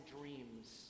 dreams